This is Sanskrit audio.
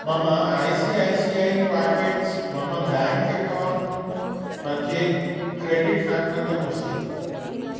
मम I C I C I pockets मम ब्याङ्क् अक्कौण्ट्मध्ये क्रेडिट् न कृतम् अस्ति